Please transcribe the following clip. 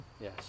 Yes